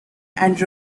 and